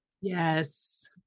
Yes